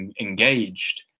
engaged